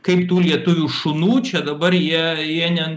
kaip tų lietuvių šunų čia dabar jie jie ne